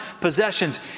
possessions